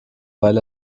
weil